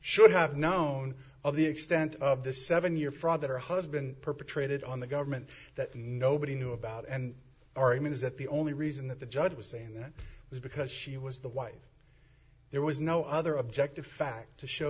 should have known of the extent of this seven year fraud that her husband perpetrated on the government that nobody knew about and argument is that the only reason that the judge was saying that was because she was the wife there was no other objective fact to show